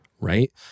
right